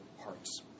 hearts